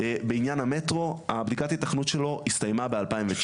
בעניין המטרו בדיקת ההיתכנות שלו הסתיימה ב-2019.